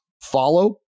follow